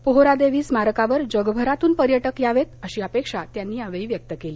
पोहरादेवी स्मारकावर जगभरातून पर्यटक यावेत अशी अपेक्षा त्यांनी व्यक्त केली